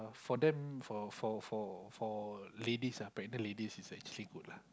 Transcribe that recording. for them for for for for ladies ah pregnant ladies is actually good lah